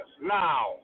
now